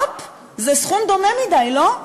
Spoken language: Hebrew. הופ, זה סכום דומה מדי, לא?